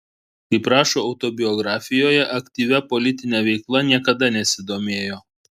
kaip rašo autobiografijoje aktyvia politine veikla niekada nesidomėjo